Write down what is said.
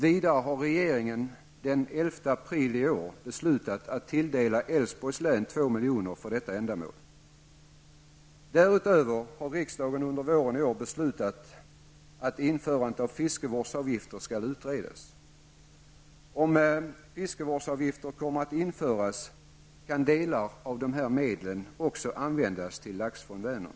Vidare har regeringen den 11 april i år beslutat att tilldela Älvsborgs län 2 miljoner för detta ändamål. Därutöver har riksdagen under våren i år beslutat att införandet av fiskevårdsavgifter skall utredas. Om fiskevårdsavgifter kommer att införas kan delar av de här medlen också användas till Laxfond Vänern.